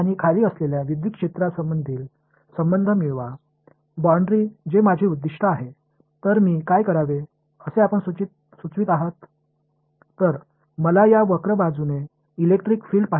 எனவே மேலேயும் கீழேயும் உள்ள மின்சார புலங்களுக்கிடையில் ஒரு உறவைப் பெறுங்கள் என்று சொல்ல விரும்பினால் எனது குறிக்கோள் எல்லை